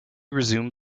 resumed